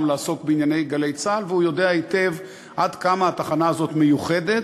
לעסוק בענייני "גלי צה"ל" והוא יודע היטב עד כמה התחנה הזאת מיוחדת.